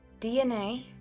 DNA